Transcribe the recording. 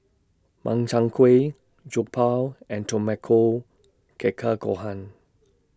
Makchang Gui Jokbal and Tamago Gohan